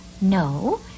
No